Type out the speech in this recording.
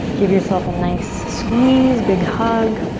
give yourself a nice squeeze, big hug.